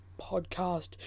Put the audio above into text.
podcast